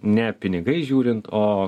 ne pinigais žiūrint o